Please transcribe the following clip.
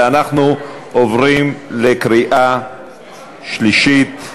ואנחנו עוברים לקריאה שלישית.